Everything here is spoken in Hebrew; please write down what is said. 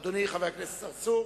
אדוני חבר הכנסת צרצור,